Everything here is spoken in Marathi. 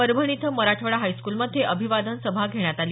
परभणी इथं मराठवाडा हायस्कूलमध्ये अभिवादन सभा घेण्यात आली